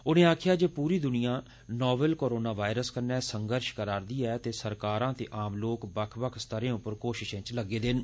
उनें आक्खेआ जे पूरी दुनिया नोवल कोरोना वायरस कन्नै संघर्ष करै'रदी ऐ ते सरकारां ते आम लोक बक्ख बक्ख स्तरें उप्पर कोशिश करै'रदे न